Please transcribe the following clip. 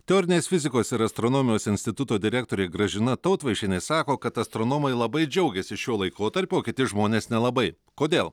teorinės fizikos ir astronomijos instituto direktorė gražina tautvaišienė sako kad astronomai labai džiaugiasi šiuo laikotarpiu o kiti žmonės nelabai kodėl